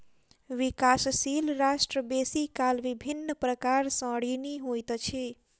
विकासशील राष्ट्र बेसी काल विभिन्न प्रकार सँ ऋणी होइत अछि